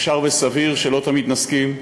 אפשר וסביר שלא תמיד נסכים,